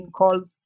calls